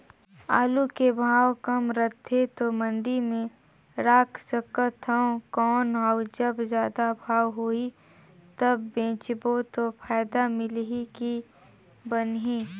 आलू के भाव कम रथे तो मंडी मे रख सकथव कौन अउ जब जादा भाव होही तब बेचबो तो फायदा मिलही की बनही?